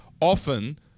often